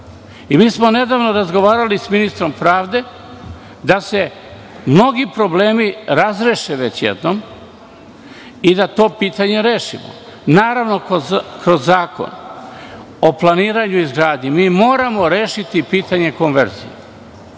smo nedavno razgovarali sa ministrom pravde da se mnogi problemi razreše već jednom i da to pitanje rešimo. Naravno, kroz Zakon o planiranju i izgradnji mi moramo rešiti i pitanje konverzije.